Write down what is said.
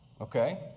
Okay